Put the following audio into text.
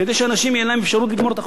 כדי שלאנשים תהיה אפשרות לגמור את החודש.